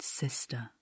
sister